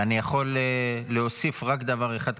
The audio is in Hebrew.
ואני יכול להוסיף רק דבר אחד קטן: